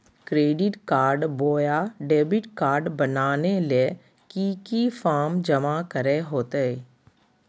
Credit card बोया debit card बनाने ले की की फॉर्म जमा करे होते?